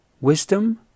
Wisdom